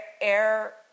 air